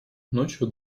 ночью